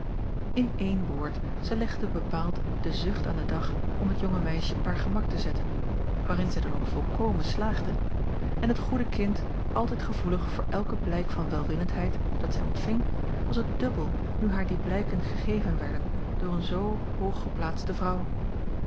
in één woord zij legde bepaald de zucht aan den dag om het jonge meisje op haar gemak te zetten waarin zij dan ook volkomen slaagde en het goede kind altijd gevoelig voor elk blijk van welwillendheid dat zij ontving was het dubbel nu haar die blijken gegeven werden door een zoo hooggeplaatste vrouw